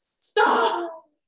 Stop